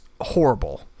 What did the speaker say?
horrible